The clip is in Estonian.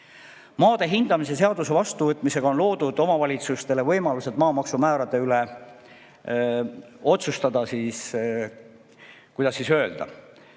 Maade hindamise seaduse vastuvõtmisega on loodud omavalitsustele võimalused maamaksumäärade üle otsustada, kuidas öelda,